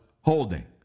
holding